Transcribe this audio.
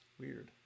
Weird